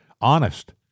honest